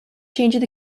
changing